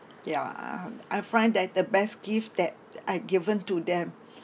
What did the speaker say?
ya ah I find that the best gift that I'd given to them